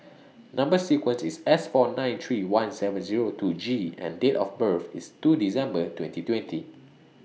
Number sequence IS S four nine three one seven Zero two G and Date of birth IS two December twenty twenty